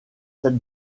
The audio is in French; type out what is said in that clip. sept